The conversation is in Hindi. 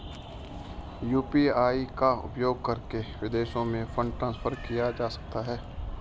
यू.पी.आई का उपयोग करके विदेशों में फंड ट्रांसफर किया जा सकता है?